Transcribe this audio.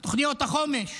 תוכניות החומש,